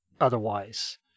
otherwise